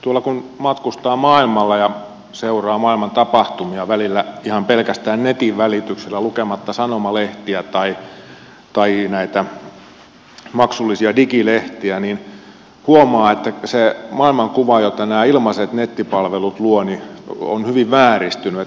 tuolla kun matkustaa maailmalla ja seuraa maailman tapahtumia välillä ihan pelkästään netin välityksellä lukematta sanomalehtiä tai näitä maksullisia digilehtiä huomaa että se maailmankuva jota nämä ilmaiset nettipalvelut luovat on hyvin vääristynyt